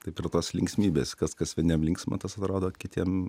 taip ir tos linksmybės kas kas vieniem linksma tas atrodo kitiem